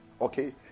okay